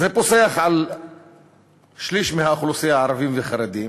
זה פוסח על שליש מהאוכלוסייה, הערבים והחרדים,